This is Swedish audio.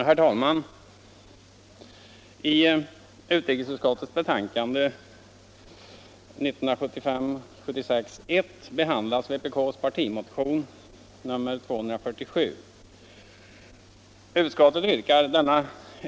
Herr talman! I utrikesutskottets betänkande 1975/76:1 behandlas vpk:s partimotion 1975:247.